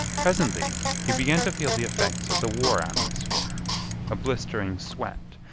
presently he began to feel the effects of the war atmosphere a blistering sweat,